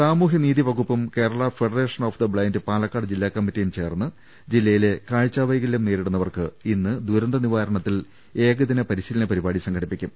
സാമൂഹ്യനീതി വകുപ്പും Kerala federation of the blind Palakkad ജില്ലാ കമ്മറ്റിയും ചേർന്ന് ജില്ലയിലെ കാഴ്ച വൈകലൃം നേരിടുന്നവർക്ക് ഇന്ന് ദൂരന്ത് നിവാരണത്തിൽ ഏകദിന പരിശീലന പരിപാടി സംഘടിപ്പിക്കും